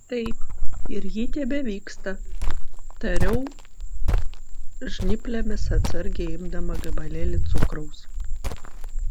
taip ir ji tebevyksta tariau žnyplėmis atsargiai imdama gabalėlį cukraus